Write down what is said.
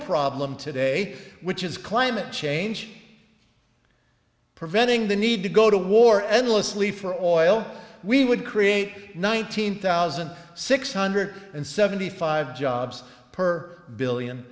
problem today which is climate change preventing the need to go to war endlessly for oil we would create nineteen thousand six hundred and seventy five jobs per billion